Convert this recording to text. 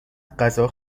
غذا